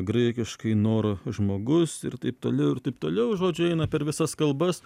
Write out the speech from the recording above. graikiškai noro žmogus ir taip toliau ir taip toliau žodžiu eina per visas kalbas